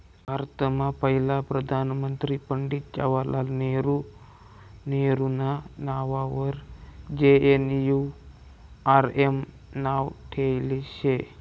भारतमा पहिला प्रधानमंत्री पंडित जवाहरलाल नेहरू नेहरूना नाववर जे.एन.एन.यू.आर.एम नाव ठेयेल शे